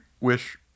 wish